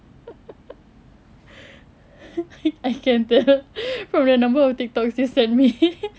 I can tell from the number of tiktoks you send me